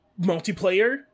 Multiplayer